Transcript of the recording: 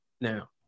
now